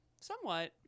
Somewhat